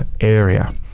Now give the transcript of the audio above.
area